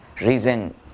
reason